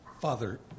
Father